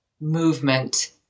movement